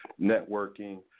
networking